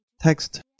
Text